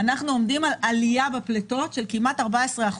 אנחנו עומדים על עלייה בפליטות של כמעט 14%